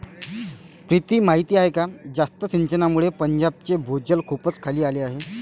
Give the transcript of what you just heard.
प्रीती माहीत आहे का जास्त सिंचनामुळे पंजाबचे भूजल खूपच खाली आले आहे